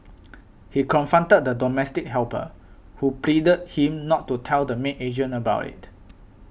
he confronted the domestic helper who pleaded him not to tell the maid agent about it